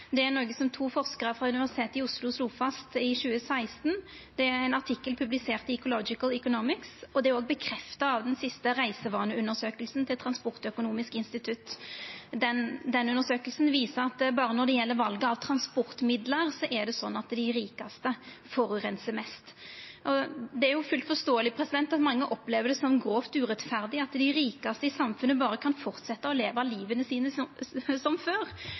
Det er noko to forskarar frå Universitetet i Oslo slo fast i 2016. Det er frå ein artikkel publisert i «Ecological Economics», og det er òg bekrefta av den siste reisevaneundersøkinga til Transportøkonomisk institutt. Den undersøkinga viser at når det gjeld valet av transportmiddel, forureinar dei rikaste mest. Det er fullt forståeleg at mange opplever det som grovt urettferdig at dei rikaste i samfunnet berre kan fortsetja å leva livet sitt som før – upåverka av at karbonavgift og drivstoffprisar aukar kvart einaste år. Som